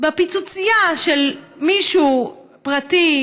פיצוציה של מישהו פרטי,